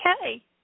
okay